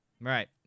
Right